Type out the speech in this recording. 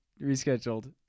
rescheduled